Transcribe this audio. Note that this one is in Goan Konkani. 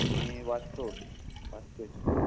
आमी वास्को वास्को स्टॅशन